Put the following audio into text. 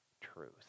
truth